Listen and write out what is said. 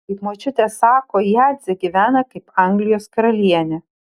kaip močiutė sako jadzė gyvena kaip anglijos karalienė